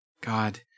God